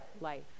life